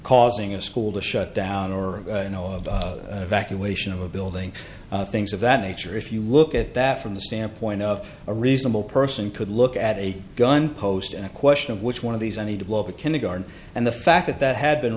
causing a school to shut down or evacuation of a building things of that nature if you look at that from the standpoint of a reasonable person could look at a gun post and a question of which one of these i need to blow up a kindergarten and the fact that that had been